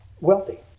wealthy